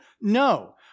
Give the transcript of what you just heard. No